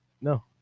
no